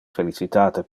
felicitate